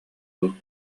дуу